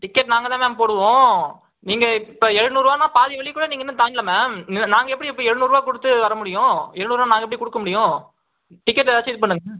ticket நாங்கள் தான் ma'am போடுவோம் நீங்கள் இப்போது எழுநூறுபானா பாதி வழி கூட நீங்கள் இன்னும் தாண்டலை மேம் நாங் நாங்கள் எப்படி இப்போ எழுநூறுபா கொடுத்து வர முடியும் எழுநூறுபா நாங்கள் எப்படி கொடுக்க முடியும் டிக்கெட்ல ஏதாச்சும் இது பண்ணுங்கள்